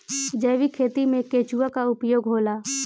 जैविक खेती मे केचुआ का उपयोग होला?